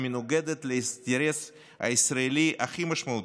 המנוגדת לאינטרס הישראלי הכי משמעותי.